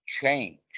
change